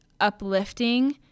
uplifting